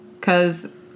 cause